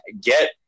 get